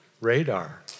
radar